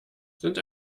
sind